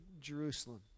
Jerusalem